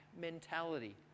mentality